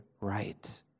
right